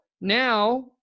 now